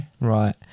Right